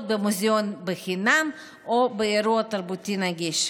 במוזיאון בחינם או באירוע תרבותי נגיש.